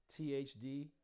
thd